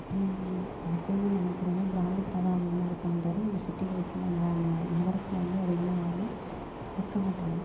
அப்படின்னு அப்படின்னு நினைக்கிறவங்க கிராமத்தில் தான் அதிகமாக இருப்பாங்க தவிர நம்ம சிட்டியில் இப் ந ந நகரத்தில் வந்து அதிகமாக யாருமே இருக்கமாட்டாங்க